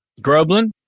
Groblin